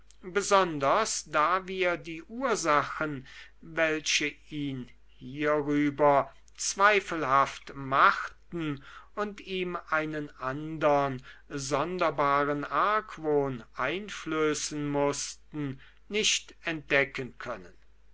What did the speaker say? besonders da wir die ursachen welche ihn hierüber zweifelhaft machten und ihm einen andern sonderbaren argwohn einflößen mußten nicht entdecken können